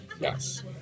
Yes